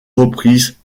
reprises